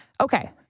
Okay